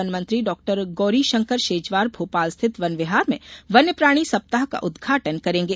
one मंत्री डॉ गौरीशंकर शेजवार भोपाल स्थित वन विहार में वन्य प्राणी सप्ताह का उद्घाटन करेंगे